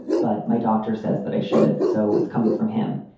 but my doctor says that i should. so it's coming from him.